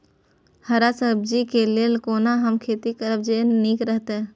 हरा सब्जी के लेल कोना हम खेती करब जे नीक रहैत?